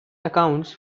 accounts